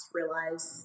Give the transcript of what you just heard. realize